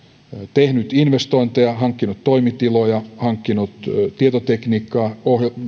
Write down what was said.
tehnyt investointeja hankkinut toimitiloja hankkinut tietotekniikkaa